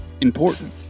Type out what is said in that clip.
important